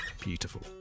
beautiful